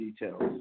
details